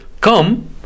Come